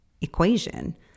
equation